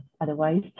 otherwise